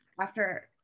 after-